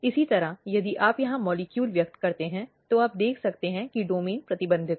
इसी तरह यदि आप यहां अणु व्यक्त करते हैं तो आप देख सकते हैं कि डोमेन प्रतिबंधित है